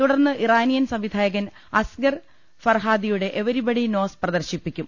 തുടർന്ന് ഇറാനിയൻ സംവിധായകൻ അസ്ഗർ ഫർഹാദിയുടെ എവരിബഡിനോസ് പ്രഗർശിപ്പിക്കും